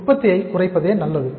உற்பத்தியை குறைப்பதே நல்லது